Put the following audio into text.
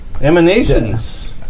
emanations